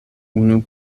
unu